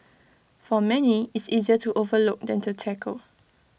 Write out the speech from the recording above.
for many it's easier to overlook than to tackle